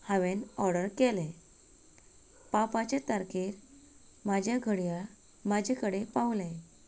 हांवेन ऑर्डर केलें पावपाच्या तारखेक म्हाजें घडयाळ म्हाजें कडेन पावालें